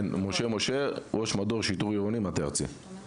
אני אומר